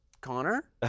Connor